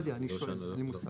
לא יודע, אני שואל, אין לי מושג.